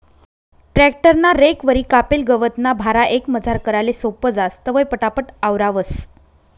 tractor ना रेकवरी कापेल गवतना भारा एकमजार कराले सोपं जास, तवंय पटापट आवरावंस